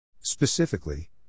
Specifically